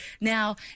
now